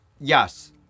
yes